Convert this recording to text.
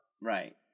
Right